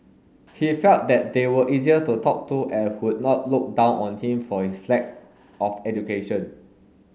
he felt that they were easier to talk to and would not look down on him for his lack of education